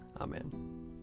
Amen